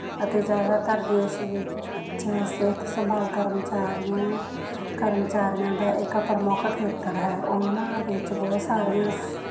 ਅਤੇ ਜ਼ਿਆਦਾਤਰ ਦੇਸ਼ ਵਿੱਚ ਸਿਹਤ ਸੰਭਾਲ ਕਰਮਚਾਰੀਆਂ ਕਰਮਚਾਰੀਆਂ ਦਾ ਇੱਕ ਪ੍ਰਮੁੱਖ ਖੇਤਰ ਹੈ ਉਹਨਾਂ ਵਿੱਚ ਬਹੁਤ ਸਾਰੀਆਂ ਸ